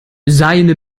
seine